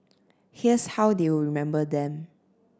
here's how they will remember them